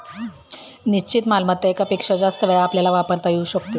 निश्चित मालमत्ता एकापेक्षा जास्त वेळा आपल्याला वापरता येऊ शकते